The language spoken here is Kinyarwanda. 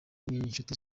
n’inshuti